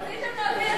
רציתם להביא שלום,